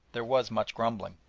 there was much grumbling.